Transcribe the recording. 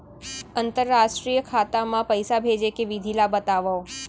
अंतरराष्ट्रीय खाता मा पइसा भेजे के विधि ला बतावव?